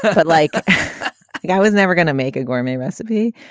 but like like i was never gonna make a gourmet recipe,